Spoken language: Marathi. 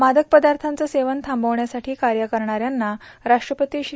मादक पदार्याचं सेवन थांबवण्यासाठी कार्य करणाऱ्यांना राष्ट्रपती श्री